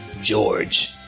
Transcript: George